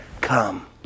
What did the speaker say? Come